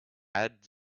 add